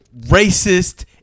racist